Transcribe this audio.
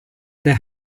there